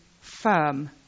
firm